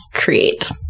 create